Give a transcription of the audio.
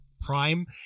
prime